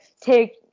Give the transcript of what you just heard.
take